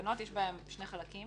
בתקנות יש שני חלקים